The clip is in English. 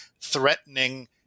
threatening